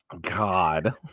god